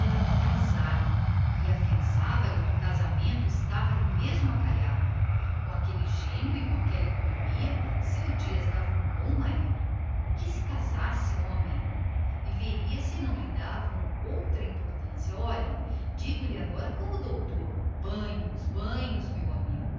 casar e jurou lhe que o casamento lhe estava mesmo calhando o dias com aquele gênio e com aquele método dava por força um bom marido que se casasse e havia de ver se não teria outra importância olhe concluiu digo-lhe agora como o doutor banhos banhos meu amigo